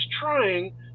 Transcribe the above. trying